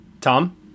Tom